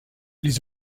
les